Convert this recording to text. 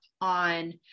on